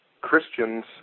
Christians